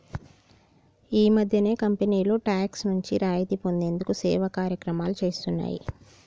ఈ మధ్యనే కంపెనీలు టాక్స్ నుండి రాయితీ పొందేందుకు సేవా కార్యక్రమాలు చేస్తున్నాయి